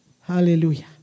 Hallelujah